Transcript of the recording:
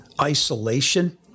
isolation